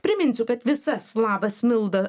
priminsiu kad visas labas milda